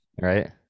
Right